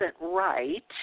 right